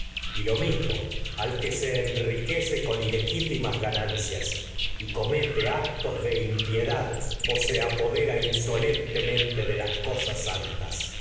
arrogancia lo mismo al que se enriquece con actos de impiedad o se ilegítimas ganancias y comete apodera insolentemente de las cosas santas